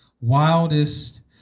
wildest